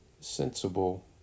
sensible